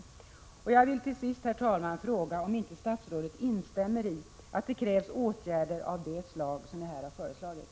Jag vill till sist, herr talman, fråga om inte statsrådet instämmer i att det krävs åtgärder av det slag som jag här har föreslagit.